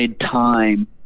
time